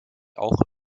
auch